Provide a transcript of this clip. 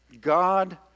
God